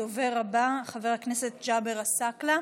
הדובר הבא, חבר הכנסת ג'אבר עָסקַאלָה.